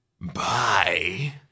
Bye